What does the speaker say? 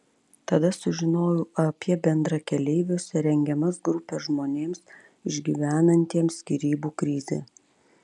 tada sužinojau apie bendrakeleiviuose rengiamas grupes žmonėms išgyvenantiems skyrybų krizę